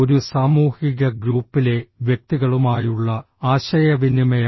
ഒരു സാമൂഹിക ഗ്രൂപ്പിലെ വ്യക്തികളുമായുള്ള ആശയവിനിമയം